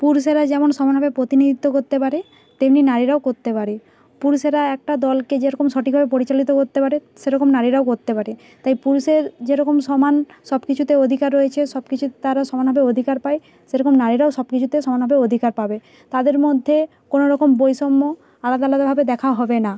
পুরুষেরা যেমন সমানভাবে প্রতিনিধিত্ব করতে পারে তেমনি নারীরাও করতে পারে পুরুষেরা একটি দলকে যেরকম সঠিকভাবে পরিচালিত করতে পারে সেরকম নারীরাও করতে পারে তাই পুরুষের যেরকম সমান সব কিছুতে অধিকার রয়েছে সব কিছু তারা সমানভাবে অধিকার পায় সেরকম নারীরাও সব কিছুতে সমানভাবে অধিকার পাবে তাদের মধ্যে কোনো রকম বৈষম্য আলাদা আলদাভাবে দেখা হবে না